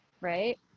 right